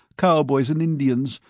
cowboys and indians,